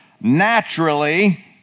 naturally